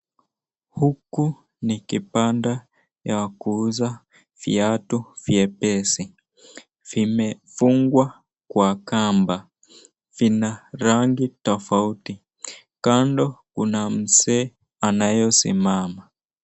Huku ni kibanda ya kuuza viatu vyepesi, vimefungwa kwa kamba. Vina rangi tofauti, kando kuna mzee anayesimama.